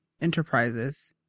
enterprises